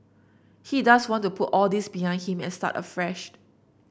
he does want to put all this behind him and start afresh